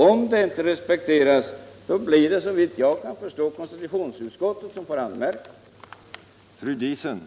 Om det inte respekteras, blir det såvitt jag förstår konstitutionsutskottets sak att anmärka på detta.